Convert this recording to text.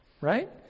right